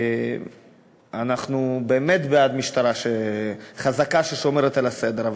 אנחנו באמת בעד משטרה חזקה ששומרת על הסדר.